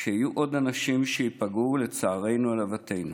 שיהיו עוד אנשים שייפגעו, לצערנו ולהוותנו.